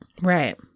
Right